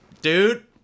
Dude